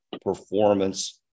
performance